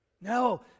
No